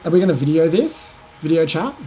and we got a video. this video chat.